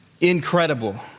Incredible